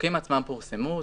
החוקים עצמם פורסמו,